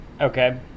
Okay